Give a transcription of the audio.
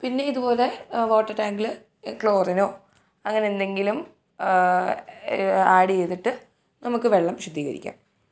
പിന്നെ ഇതുപോലെ വാട്ടർ ടാങ്കിൽ ക്ലോറിനോ അങ്ങനെ എന്തെങ്കിലും ആഡ് ചെയ്തിട്ട് നമുക്ക് വെള്ളം ശുദ്ധീകരിക്കാം